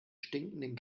stinkenden